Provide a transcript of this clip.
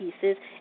pieces